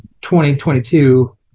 2022